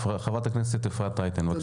חברת הכנסת אפרת רייטן, בבקשה.